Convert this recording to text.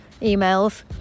emails